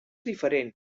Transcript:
diferent